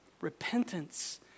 Repentance